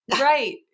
Right